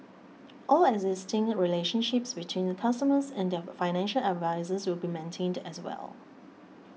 all existing relationships between customers and their financial advisers will be maintained as well